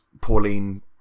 Pauline